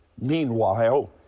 Meanwhile